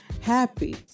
Happy